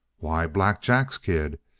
why, black jack's kid.